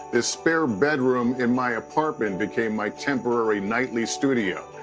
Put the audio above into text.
this spare bedroom in my apartment became my temporary nightly studio.